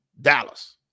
Dallas